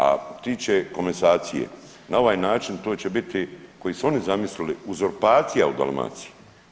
A što se tiče komasacije na ovaj način to će biti koji su oni zamislili uzurpacija u Dalmaciji.